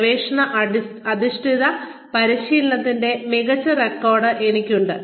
ഗവേഷണ അധിഷ്ഠിത പരിശീലനത്തിന്റെ മികച്ച റെക്കോർഡ് എനിക്കുണ്ട്